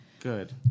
Good